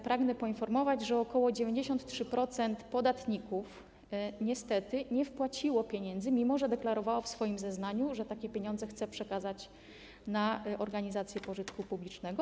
Pragnę poinformować, że ok. 93% podatników niestety nie wpłaciło pieniędzy, mimo że deklarowało w swoim zeznaniu, że takie pieniądze chce przekazać na organizację pożytku publicznego.